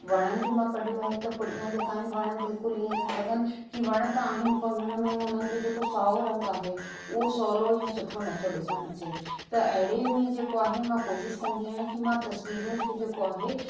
वणनि जो मां कढियो आहे त पुठियां जेका आहिनि वण बिल्कुलु ईअं था लॻनि की वण त आहिनि पर हुननि में हुननि जो जेको साओ रंग आहे उहो सहूलो या सुठो नथो ॾिसणु अचे त अहिड़े में जेको आहे मां कोशिश कंदी आहियां की मां तस्वीरुनि खे जेको आहे